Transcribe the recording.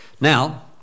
Now